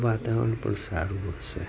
વાતાવરણ પણ સારું હશે